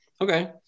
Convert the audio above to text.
Okay